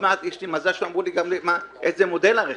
מזל שאני גם לא צריך להגיד מה המודל של הרכב,